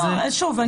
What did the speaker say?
שוב,